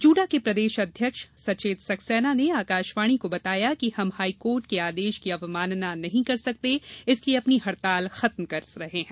JUDA के प्रदेश अध्यक्ष सचेत सक्सेना ने आकाशवाणी को बताया कि हम हाईकोर्ट के आदेश की अवमानना नहीं कर सकते इसलिये अपनी हड़ताल खत्म कर रहे हैं